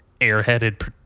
airheaded